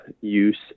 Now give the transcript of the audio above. use